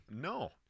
No